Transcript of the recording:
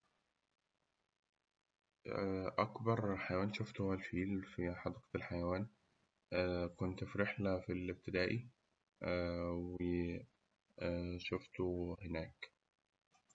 أكبر حيوان شوفته هو الفيل في حديقة الحيوان كنت في رحلة في الابتدائي، و شوفته هناك.